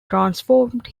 transformed